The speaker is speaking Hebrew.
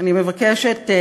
אני מבקשת,